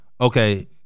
Okay